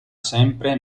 sempre